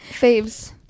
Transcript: faves